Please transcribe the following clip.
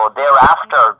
thereafter